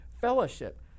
fellowship